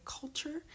culture